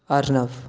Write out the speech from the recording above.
Arnav